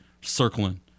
circling